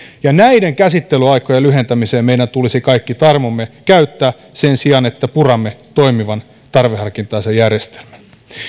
ja näiden käsittelyaikojen lyhentämiseen meidän tulisi kaikki tarmomme käyttää sen sijaan että puramme toimivan tarveharkintaisen järjestelmän